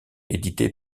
édité